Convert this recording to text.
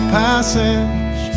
passage